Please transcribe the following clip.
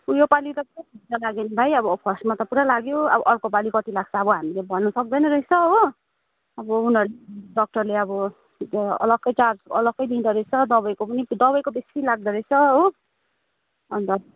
यो पालि त पुरा खर्च लाग्यो नि भाइ अब फर्स्टमा त पुरा लाग्यो अब अर्को पालि कति लाग्छ अब हामीले भन्नु सक्दैन रहेछ हो अब उनीहरू डाक्टरले अब अलग्गै चार्ज अलग्गै लिँदोरहेछ दबाईको पनि दबाईको बेसी लाग्दोरहेछ हो अन्त